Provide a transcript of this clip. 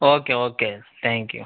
okay okay thank you